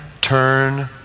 turn